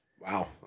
Wow